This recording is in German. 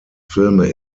filme